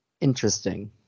Interesting